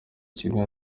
kimwe